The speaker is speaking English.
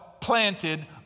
planted